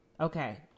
okay